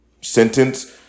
sentence